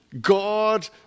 God